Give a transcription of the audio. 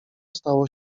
stało